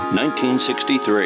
1963